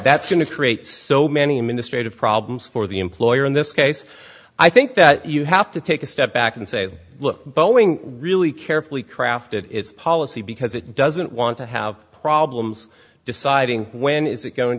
that's going to create so many administrate of problems for the employer in this case i think that you have to take a step back and say look boeing really carefully crafted its policy because it doesn't want to have problems deciding when is it going